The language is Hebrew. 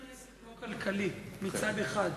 אם העסק לא כלכלי, מצד אחד,